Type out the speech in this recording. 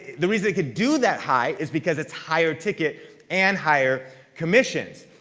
the reason it could do that high, is because it's higher ticket and higher commissions.